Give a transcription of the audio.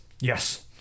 Yes